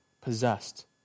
possessed